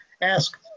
ask